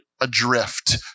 adrift